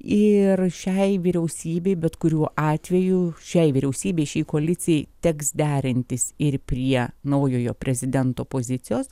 ir šiai vyriausybei bet kuriuo atveju šiai vyriausybei šiai koalicijai teks derintis ir prie naujojo prezidento pozicijos